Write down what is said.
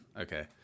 Okay